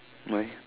why